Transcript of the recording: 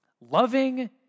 Loving